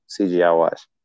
CGI-wise